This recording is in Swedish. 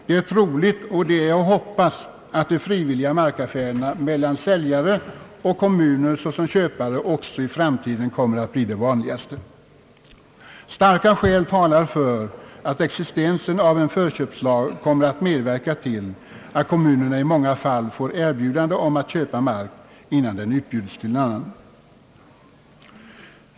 Det är troligt, och det är att hoppas, att de frivilliga markaffärerna mellan säljare och kommuner som köpare också i framtiden kommer att bli de vanligaste. Starka skäl talar för att existensen av en förköpslag kommer att medverka till att kommunerna i många fall får erbjudande om att köpa mark innan den utbjudes till annan.